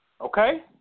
okay